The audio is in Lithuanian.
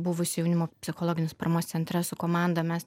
buvusi jaunimo psichologinės paramos centre su komanda mes